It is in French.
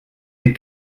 les